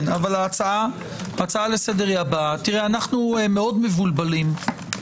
נעבור להצבעה אחת על הרביזיה,